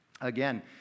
again